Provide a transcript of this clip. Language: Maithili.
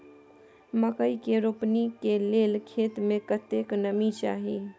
मकई के रोपनी के लेल खेत मे कतेक नमी चाही?